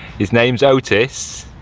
his name's otis